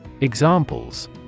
Examples